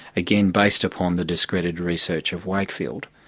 again based upon the discredited research of wakefield.